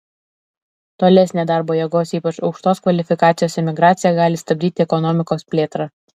tolesnė darbo jėgos ypač aukštos kvalifikacijos emigracija gali stabdyti ekonomikos plėtrą